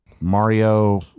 Mario